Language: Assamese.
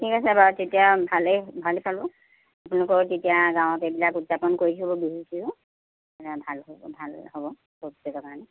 ঠিক আছে বাৰু তেতিয়া ভালে ভালে পালোঁ আপোনালোকৰ তেতিয়া গাঁৱত এইবিলাক উদযাপন কৰি থাকিব বিহু চিহু তেতিয়া ভাল হ'ব ভাল হ'ব ভৱিষ্য়তৰ কাৰণে